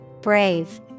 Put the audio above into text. Brave